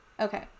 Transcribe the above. okay